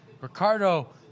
Ricardo